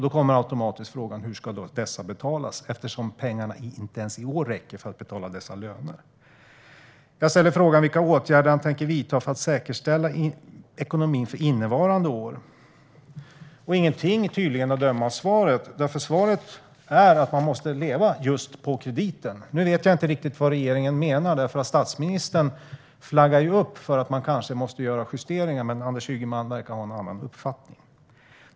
Då kommer automatiskt frågan hur dessa ska betalas eftersom pengarna inte ens i år räcker för att betala dessa löner. Den andra är vilka åtgärder statsrådet tänker vidta för att säkerställa ekonomin för innevarande år. Ingenting, att döma av svaret, för svaret är att man måste leva på krediten. Nu vet jag inte riktigt vad regeringen menar. Statsministern flaggade ju för att man kanske måste göra justeringar, men Anders Ygeman verkar ha en annan uppfattning.